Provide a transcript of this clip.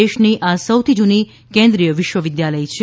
દેશની આ સૌથી જૂની કેન્દ્રીય વિશ્વવિદ્યાલય છે